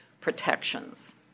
protections